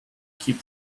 keep